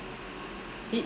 it